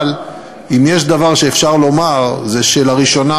אבל אם יש דבר שאפשר לומר זה שלראשונה,